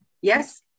yes